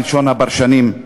כלשון הפרשנים,